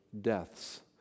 deaths